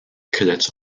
cadets